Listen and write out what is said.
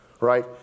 Right